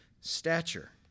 stature